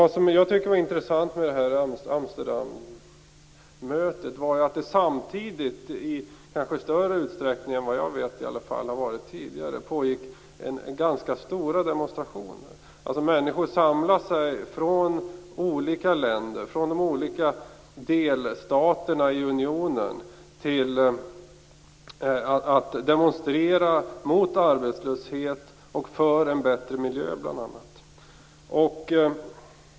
Det jag tycker var intressant med Amsterdammötet var att det samtidigt pågick ganska stora demonstrationer. Det skedde i större utsträckning än vad i alla fall jag känner till har ägt rum tidigare. Människor från de olika delstaterna i unionen samlades för att demonstrera mot bl.a. arbetslöshet och för en bättre miljö.